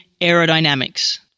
aerodynamics